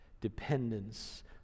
dependence